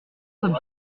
comme